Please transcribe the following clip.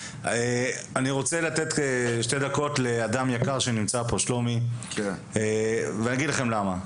אני רוצה לתת לאדם יקר שנמצא פה שלומי ואגיד לכם למה.